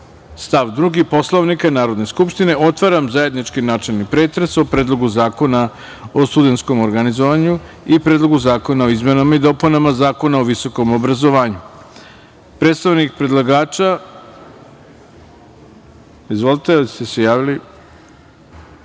stav 2. Poslovnika Narodne skupštine, otvaram zajednički načelni pretres o Predlogu zakona o studentskom organizovanju i Predlogu zakona o izmenama i dopunama Zakona o visokom obrazovanju. Predstavnik predlagača Branko Ružić ima reč. Izvolite.